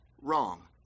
wrong